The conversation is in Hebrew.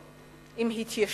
עם התיישבות